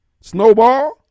Snowball